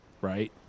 right